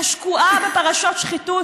השקועה בפרשות שחיתות,